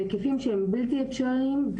בהיקפים שהם בלתי אפשריים,